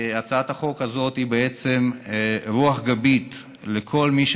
הצעת החוק הזאת היא בעצם רוח גבית לכל מי